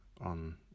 on